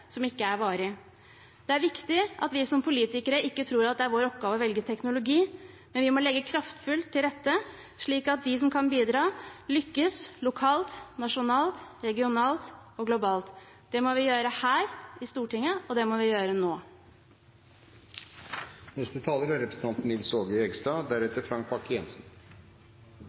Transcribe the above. som ikke er varig. Det er viktig at vi som politikere ikke tror at det er vår oppgave å velge teknologi, men vi må legge kraftfullt til rette slik at de som kan bidra, lykkes – lokalt, nasjonalt, regionalt og globalt. Det må vi gjøre her, i Stortinget, og det må vi gjøre nå.